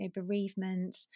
bereavement